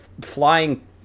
flying